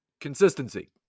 consistency